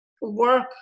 work